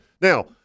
Now